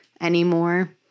anymore